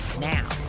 Now